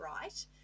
right